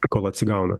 kol atsigauna